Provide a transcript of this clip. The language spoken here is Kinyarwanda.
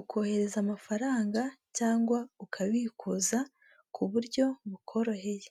ukohereza amafaranga cyangwa ukabikuza ku buryo bukoroheye.